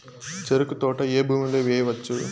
చెరుకు తోట ఏ భూమిలో వేయవచ్చు?